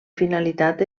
finalitat